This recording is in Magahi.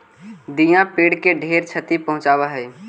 दियाँ पेड़ के ढेर छति पहुंचाब हई